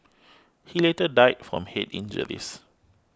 he later died from head injuries